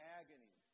agony